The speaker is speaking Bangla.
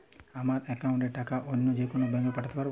আমার একাউন্টের টাকা অন্য যেকোনো ব্যাঙ্কে পাঠাতে পারব?